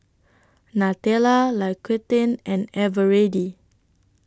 Nutella L'Occitane and Eveready